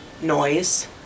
noise